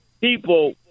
people